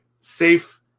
safe